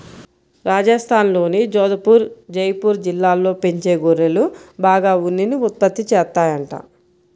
రాజస్థాన్లోని జోధపుర్, జైపూర్ జిల్లాల్లో పెంచే గొర్రెలు బాగా ఉన్నిని ఉత్పత్తి చేత్తాయంట